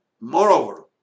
Moreover